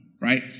Right